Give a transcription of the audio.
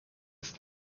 ist